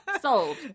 Sold